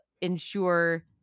ensure